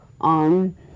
on